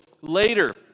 later